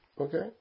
Okay